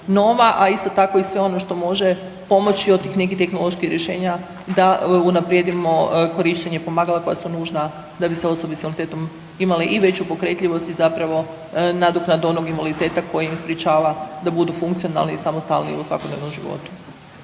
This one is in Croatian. nova, a isto tako i sve ono što može pomoći od tih nekih tehnoloških rješenja da unaprijedimo korištenje pomagala koja su nužna da bi se osobe s invaliditetom imale i veću pokretljivost i zapravo nadoknadu onog invaliditeta koji im sprječava da budu funkcionalni i samostalniji u svakodnevnom životu.